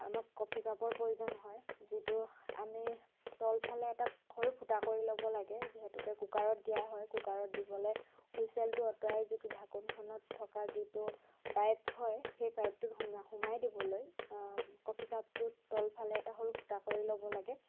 আমাক কফি কাপৰ প্ৰয়োজন হয় যিটো আমি তলফালে এটা সৰু ফুটা কৰি ল'ব লাগে যিহেতুকে কুকাৰত দিয়া হয় কুকাৰত দিবলে হুইচেলটো আঁতৰাই যিটো ঢাকোনখনত থকা যিটো পাইপ হয় সেই পাইপটো সোমাই দিবলৈ কফি কাপটো তলফালে এটা সৰু ফুটা কৰি ল'ব লাগে